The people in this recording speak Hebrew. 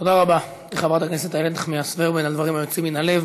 תודה רבה לחברת הכנסת איילת נחמיאס ורבין על הדברים היוצאים מן הלב.